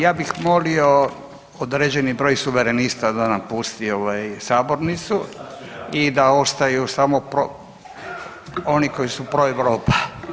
Ja bih molio određeni broj Suverenista da napusti ovaj, sabornicu i da ostaju samo oni koji su proeuropa.